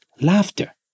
Laughter